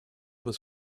was